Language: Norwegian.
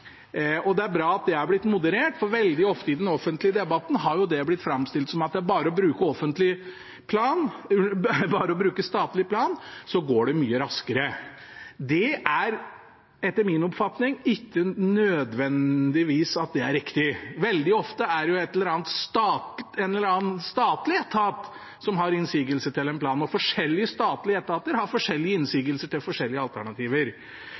Det er bra at det er blitt moderert, for veldig ofte i den offentlige debatten har det blitt framstilt som om det bare er å bruke statlig plan, så går det mye raskere. Det er etter min oppfatning ikke nødvendigvis riktig. Veldig ofte er det en eller annen statlig etat som har innsigelser til en plan. Forskjellige statlige etater har forskjellige innsigelser til forskjellige alternativer.